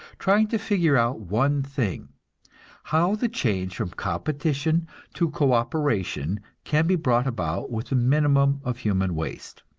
trying to figure out one thing how the change from competition to co-operation can be brought about with the minimum of human waste.